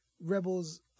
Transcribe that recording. Rebels